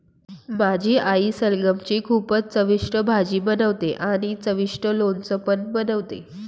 माझी आई सलगम ची खूपच चविष्ट भाजी बनवते आणि चविष्ट लोणचं पण बनवते